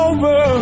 Over